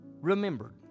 remembered